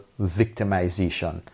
victimization